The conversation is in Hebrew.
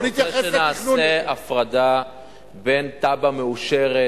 בוא נעשה הפרדה בין תב"ע מאושרת,